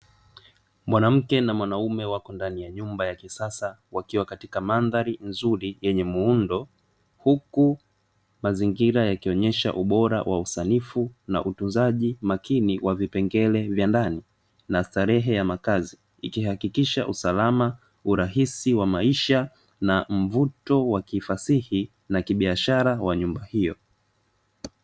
Mwanamke na mwanaume wako ndani ya nyumba ya kisasa wakiwa katika madhari nzuri yenye muundo, huku mazingira yakionyesha ubora wa usanifu na utunzaji makini wa vipengele vya ndani na starehe ya makazi ikihakikisha usalama ,urahisi wa maisha na mvuto wakifasihi na kibiashara wa nyumba hiyo.